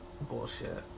Bullshit